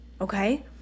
okay